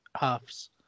halves